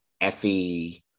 Effie